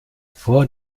vor